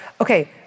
okay